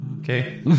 Okay